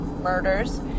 murders